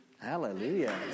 Hallelujah